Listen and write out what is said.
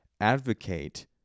advocate